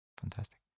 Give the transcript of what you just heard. fantastic